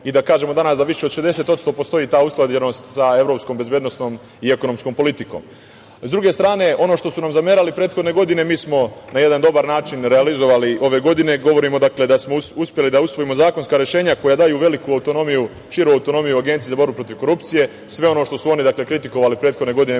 i da kažemo danas da više od 60% postoji ta usklađenost sa evropskom bezbednosnom i ekonomskom politikom.S druge strane, ono što su nam zamerali prethodne godine, mi smo na jedan dobar način realizovali ove godine. Govorim o tome da smo uspeli da usvojimo zakonska rešenja koja daju veliku autonomiju, širu autonomiju Agenciji za borbu protiv korupcije. Dakle, sve ono što su oni kritikovali prethodne godine,